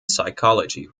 psychology